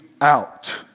out